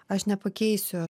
aš nepakeisiu